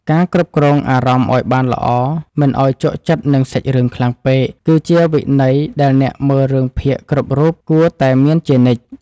ការគ្រប់គ្រងអារម្មណ៍ឱ្យបានល្អមិនឱ្យជក់ចិត្តនឹងសាច់រឿងខ្លាំងពេកគឺជាវិន័យដែលអ្នកមើលរឿងភាគគ្រប់រូបគួរតែមានជានិច្ច។